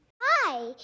Hi